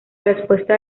respuesta